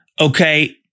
Okay